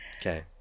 Okay